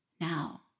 now